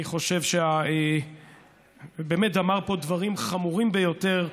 אני חושב שהוא באמת אמר פה דברים חמורים ביותר.